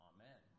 Amen